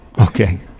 Okay